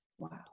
Wow